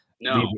No